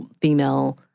female